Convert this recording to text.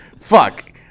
Fuck